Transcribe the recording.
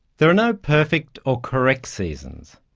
there are no perfect or correct seasons.